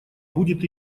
будет